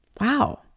Wow